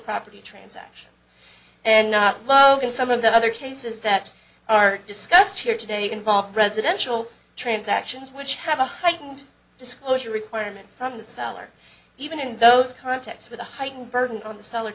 property transaction and not love and some of the other cases that are discussed here today involve residential transactions which have a heightened disclosure requirement from the seller even in those contexts with a heightened burden on the sell